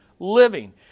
Living